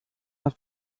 hat